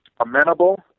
amenable